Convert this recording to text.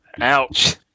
Ouch